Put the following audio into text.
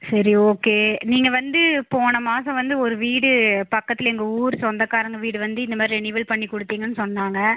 சரி ஓகே நீங்கள் வந்து போன மாதம் வந்து ஒரு வீடு பக்கத்தில் எங்கள் ஊர் சொந்தக்காரங்க வீடு வந்து இந்த மாதிரி ரெனீவல் பண்ணி கொடுத்தீங்கன்னு சொன்னாங்க